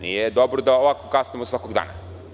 Nije dobro da ovako kasnimo svakog dana.